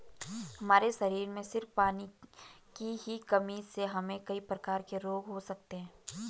हमारे शरीर में सिर्फ पानी की ही कमी से हमे कई प्रकार के रोग हो सकते है